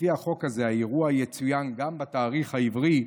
לפי החוק הזה האירוע יצוין גם בתאריך העברי,